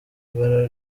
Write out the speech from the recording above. ibara